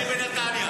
אני מנתניה.